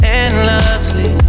endlessly